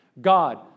God